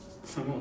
some more